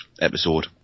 episode